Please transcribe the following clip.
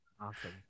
Awesome